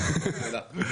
גם לעכשיו וגם